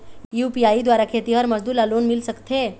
UPI द्वारा खेतीहर मजदूर ला लोन मिल सकथे?